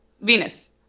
Venus